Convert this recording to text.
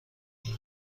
این